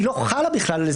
היא לא חלה בכלל.